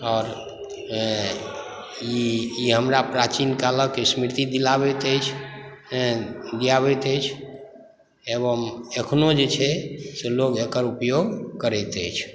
आओर ई हमरा प्राचीन कालक स्मृति दिलाबैत अछि एवम अखनहु जे छै से लोक एकर उपयोग करैत अछि